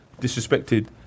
disrespected